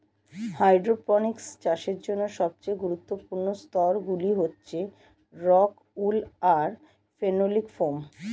hydroponics চাষের জন্য সবচেয়ে গুরুত্বপূর্ণ স্তরগুলি হচ্ছে রক্ উল আর ফেনোলিক ফোম